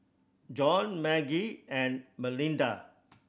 Jon Margie and Melinda